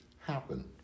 happen